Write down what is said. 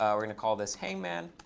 um we're going to call this hangman.